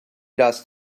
dust